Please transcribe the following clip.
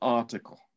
article